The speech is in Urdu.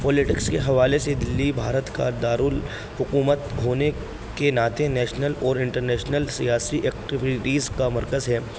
پولیٹکس کے حوالے سے دلی بھارت کا دارالحکومت ہونے کے ناطے نیشنل اور انٹرنیشنل سیاسی ایکٹیوٹیز کا مرکز ہے